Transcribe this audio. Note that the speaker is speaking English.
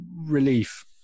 relief